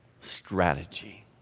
strategy